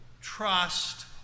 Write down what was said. Trust